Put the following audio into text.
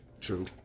True